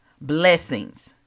blessings